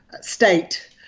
State